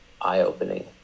eye-opening